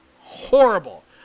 horrible